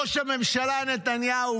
ראש הממשלה נתניהו,